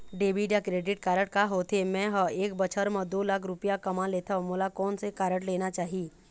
Debit या credit card का होथे, मे ह एक बछर म दो लाख रुपया कमा लेथव मोला कोन से कारड लेना चाही?